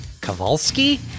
kowalski